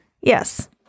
Yes